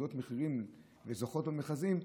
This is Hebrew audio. מורידות מחירים וזוכות במכרזים,